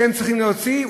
שהן צריכות להוציא,